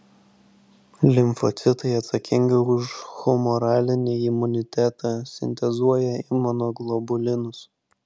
limfocitai atsakingi už humoralinį imunitetą sintezuoja imunoglobulinus